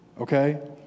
okay